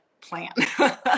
plan